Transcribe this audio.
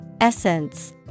Essence